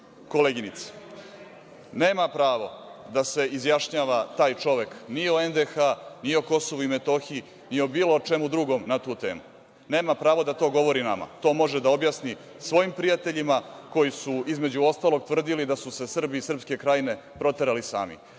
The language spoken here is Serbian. koleginice. Nema pravo da se izjašnjava, taj čovek, ni o NDH, ni o Kosovu i Metohiji, ni o bilo čemu drugom na tu temu. Nema pravo da to govori nama, to može da objasni svojim prijateljima koji su, između ostalog, tvrdili da su se Srbi iz Srpske Krajine proterali sami.